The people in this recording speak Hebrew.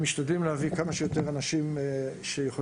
משתדלים להביא כמה שיותר אנשים שיכולים